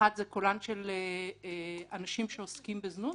קולם של אנשים שעוסקים בזנות